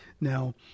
now